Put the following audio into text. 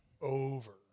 Over